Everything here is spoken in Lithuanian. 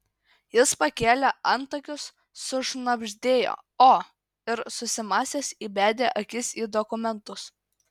jis pakėlė antakius sušnabždėjo o ir susimąstęs įbedė akis į dokumentus